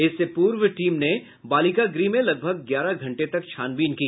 इससे पूर्व टीम ने बालिका गृह में लगभग ग्यारह घंटे तक छानबीन की